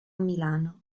milano